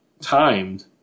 timed